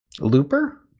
Looper